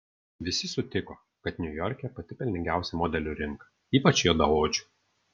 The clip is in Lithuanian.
visi sutiko kad niujorke pati pelningiausia modelių rinka ypač juodaodžių